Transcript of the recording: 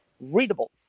readable